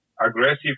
aggressive